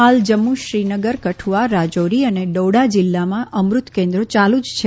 હાલ જમ્મુ શ્રીનગર કઠુઆ રાજૌરી અને ડોડા જીલ્લામાં અમૃત કેન્દ્રો ચાલુ જ છે